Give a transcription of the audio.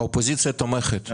האופוזיציה תומכת.